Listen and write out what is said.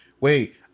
Wait